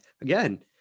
again